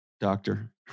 Doctor